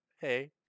Hey